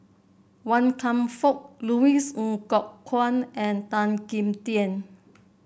Wan Kam Fook Louis Ng Kok Kwang and Tan Kim Tian